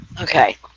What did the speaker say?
Okay